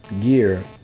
gear